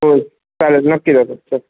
हो चालेल नक्की दादा च